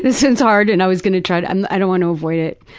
this is hard and i was going to try to and i don't want to avoid it.